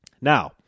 Now